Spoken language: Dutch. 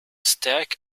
sterk